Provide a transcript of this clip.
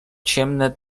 ciemne